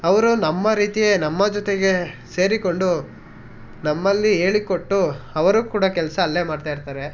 ಅವರು ನಮ್ಮ ರೀತಿಯೇ ನಮ್ಮ ಜೊತೆಗೇ ಸೇರಿಕೊಂಡು ನಮ್ಮಲ್ಲಿ ಹೇಳಿಕೊಟ್ಟು ಅವರು ಕೂಡ ಕೆಲಸ ಅಲ್ಲೇ ಮಾಡ್ತಾಯಿರ್ತಾರೆ